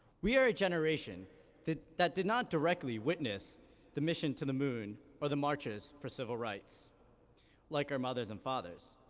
we are a generation that did not directly witness the mission to the moon or the marches for civil rights like our mothers and fathers.